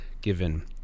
given